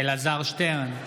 אלעזר שטרן,